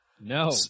no